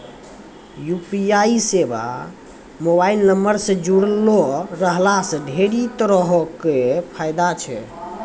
UPI सेबा mobile नंबरो से जुड़लो रहला से ढेरी तरहो के फायदा छै